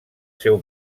seu